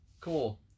cool